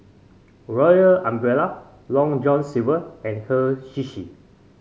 Royal Umbrella Long John Silver and Hei Sushi